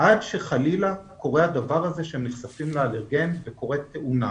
עד שחלילה קורה שהם נחשפים לאלרגן וקורית תאונה,